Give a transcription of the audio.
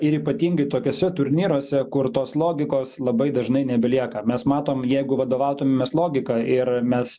ir ypatingai tokiuose turnyruose kur tos logikos labai dažnai nebelieka mes matom jeigu vadovautumėmės logika ir mes